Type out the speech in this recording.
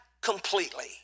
completely